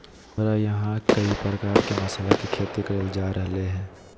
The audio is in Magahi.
हमरा यहां कई प्रकार के मसाला के खेती करल जा रहल हई